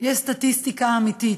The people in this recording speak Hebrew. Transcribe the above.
יש סטטיסטיקה אמיתית,